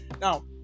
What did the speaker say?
now